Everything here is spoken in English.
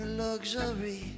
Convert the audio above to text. luxury